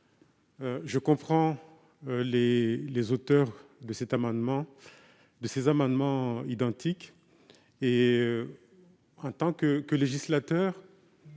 intentions des auteurs de ces amendements identiques. En tant que législateur-